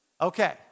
Okay